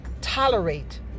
tolerate